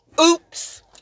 Oops